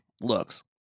looks